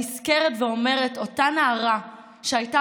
אני נזכרת ואומרת: אותה נערה שהייתה